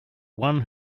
one